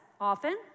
often